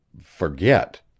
forget